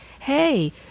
hey